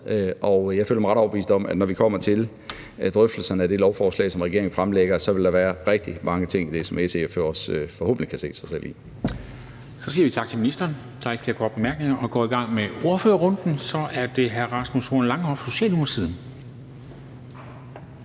og jeg føler mig ret overbevist om, at når vi kommer til drøftelserne af det lovforslag, som regeringen fremlægger, så vil der være rigtig mange ting, som SF forhåbentlig også kan se sig selv i. Kl. 21:08 Formanden (Henrik Dam Kristensen): Så siger vi tak til ministeren. Der er ikke flere korte bemærkninger, og vi går i gang med ordførerrunden. Det er hr. Rasmus Horn Langhoff, Socialdemokratiet.